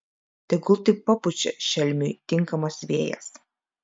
tegul tik papučia šelmiui tinkamas vėjas